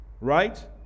Right